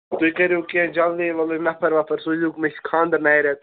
تُہۍ کٔرِو کیٚنٛہہ جلدی مےٚ گٔژھۍ نفرَ وفر سوٗزہوکھ مےٚ چھُ خانٛد نَیہِ رٮ۪تھ